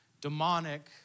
demonic